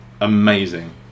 amazing